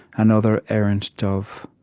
another errant dove.